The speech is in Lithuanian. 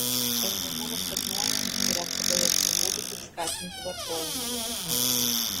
euro zona stagnuoja ir ecb ieško būdų kaip skatinti vartojimą